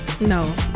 no